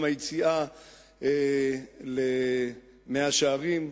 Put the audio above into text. גם היציאה למאה-שערים,